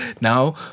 Now